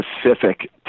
specific